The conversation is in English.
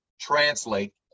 translate